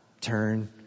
turn